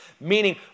Meaning